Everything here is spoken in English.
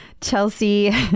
chelsea